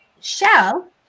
shell